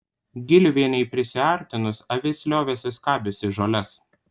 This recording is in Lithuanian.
giliuvienei prisiartinus avis liovėsi skabiusi žoles